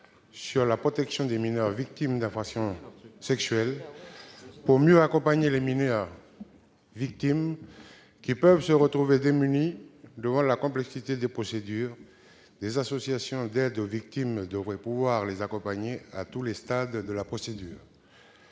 sur la protection des mineurs victimes d'infractions sexuelles, pour mieux accompagner les victimes, qui peuvent se retrouver démunies devant la complexité des procédures, des associations d'aide aux victimes devraient pouvoir les accompagner à tous les stades de la procédure.